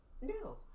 no